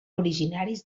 originaris